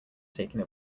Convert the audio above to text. taking